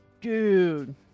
Dude